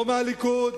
לא מהליכוד